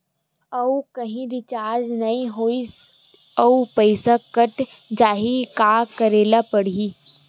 आऊ कहीं रिचार्ज नई होइस आऊ पईसा कत जहीं का करेला पढाही?